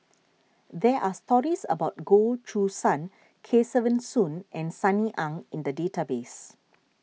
there are stories about Goh Choo San Kesavan Soon and Sunny Ang in the database